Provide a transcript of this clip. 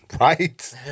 right